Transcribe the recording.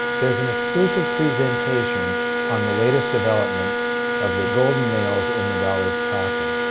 there's an exclusive presentation on the latest developments of the golden nails in the dollar's coffin.